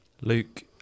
Luke